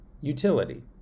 utility